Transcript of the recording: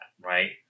right